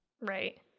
right